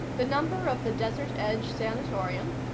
the number of the desert edge sanatorium?